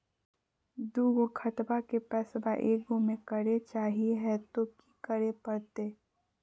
दू गो खतवा के पैसवा ए गो मे करे चाही हय तो कि करे परते?